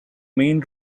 main